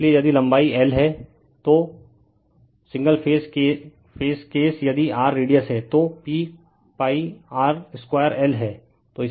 इसलिए यदि लंबाई l है और सिंगल फेज केस यदि r रेडिअस है तो p pi r 2l हैं